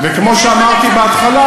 וכמו שאמרתי בהתחלה,